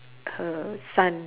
her son